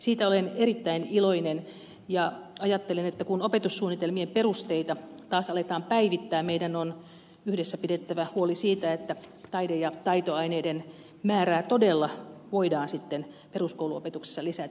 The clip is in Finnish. siitä olen erittäin iloinen ja ajattelen että kun opetussuunnitelmien perusteita taas aletaan päivittää meidän on yhdessä pidettävä huoli siitä että taide ja taitoaineiden määrää todella voidaan sitten peruskouluopetuksessa lisätä